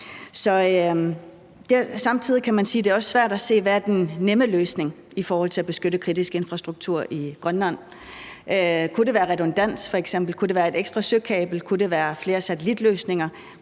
Samtidig kan man sige, at det også er svært at se, hvad den nemme løsning er i forhold til at beskytte kritisk infrastruktur i Grønland. Kunne det f.eks. være redundans? Kunne det være et ekstra søkabel? Kunne det være flere satellitløsninger?